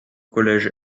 collège